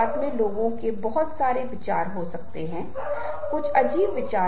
एक नेता यह नहीं है कि मैं स्वतंत्र रूप से सब कुछ करूंगा ऐसा नहीं है